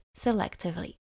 selectively